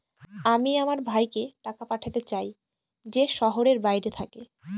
আমি আমার ভাইকে টাকা পাঠাতে চাই যে শহরের বাইরে থাকে